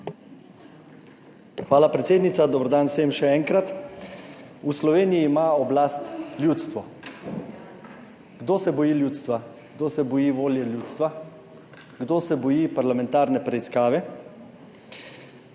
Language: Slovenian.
Hvala, predsednica. Dober dan vsem še enkrat! V Sloveniji ima oblast ljudstvo. Kdo se boji ljudstva? Kdo se boji volje ljudstva? Kdo se boji parlamentarne preiskave?